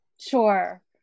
Sure